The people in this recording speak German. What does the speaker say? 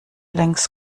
längst